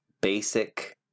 basic